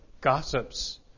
gossips